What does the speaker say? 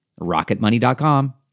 Rocketmoney.com